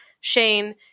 Shane